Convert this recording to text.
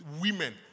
women